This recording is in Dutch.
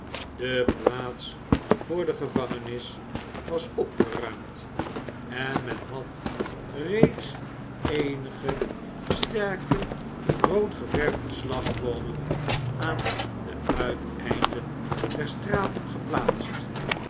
de plaats vr de gevangenis was opgeruimd en men had reeds eenige sterke rood geverfde slagboomen aan de uiteinden der stralen geplaatst